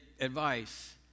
advice